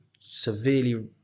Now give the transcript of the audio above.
severely